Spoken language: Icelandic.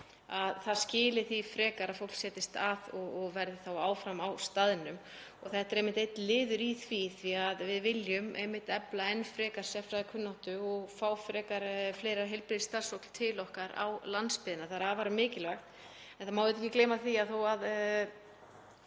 það skili því frekar að fólk setjist að og verði þá áfram á staðnum. Þetta er einmitt einn liður í því að við viljum efla enn frekar sérfræðikunnáttu og fá fleira heilbrigðisstarfsfólk til okkar á landsbyggðina. Það er afar mikilvægt. En það má ekki gleyma því að þó að